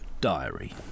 Diary